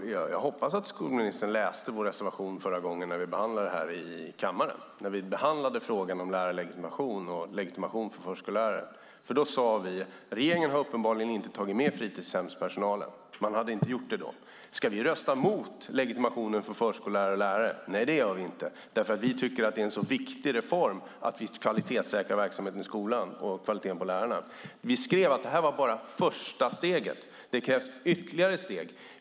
Fru talman! Jag hoppas att skolministern läste vår reservation när vi behandlade frågan om lärarlegitimation och legitimation för förskollärare i kammaren. Då sade vi: Regeringen har uppenbarligen inte tagit med fritidshemspersonalen. Ska vi rösta mot legitimation för förskollärare och lärare? Nej, det gör vi inte. Vi tycker att det är en så viktig reform att vi kvalitetssäkrar verksamheten i skolan och kvaliteten på lärarna. Vi skrev att det bara var ett första steg. Det krävs ytterligare steg.